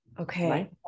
Okay